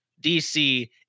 DC